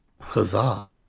Huzzah